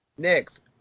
Next